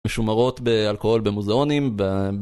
משומרות באלכוהול במוזיאונים